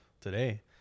today